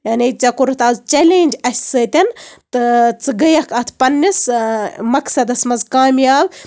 یعنی ژےٚ کوٚرُتھ آز چیلینج اَسہِ سۭتۍ تہٕ ژٕ گٔیَکھ اَتھ پَنٕنِس مَقصدَس منٛز کامیاب